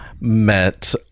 met